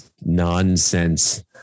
nonsense